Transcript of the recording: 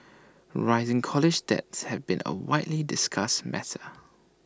rising college debts has been A widely discussed matter